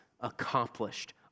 accomplished